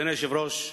אדוני היושב-ראש,